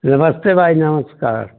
नमस्ते भाई नमस्कार